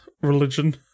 religion